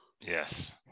Yes